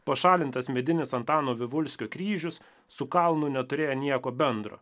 pašalintas medinis antano vivulskio kryžius su kalnu neturėjo nieko bendro